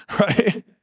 right